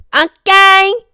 Okay